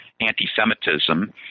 anti-Semitism